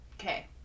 Okay